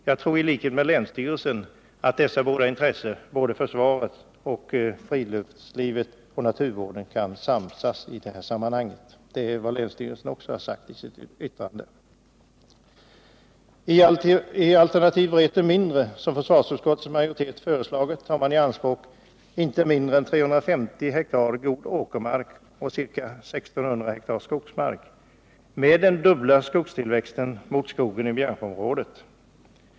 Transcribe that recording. I likhet med vad som sägs i länsstyrelsens yttrande tror jag att försvarets, friluftslivets och naturvårdens intressen kan samsas i detta sammanhang. I alternativet Vreten mindre, som försvarsutskottets majoritet föreslagit, tar man i anspråk inte mindre än 350 hektar god åkermark och ca 1 600 hektar skogsmark med den dubbla skogstillväxten i jämförelse med skogen i Bjärsjöområdet.